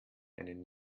einen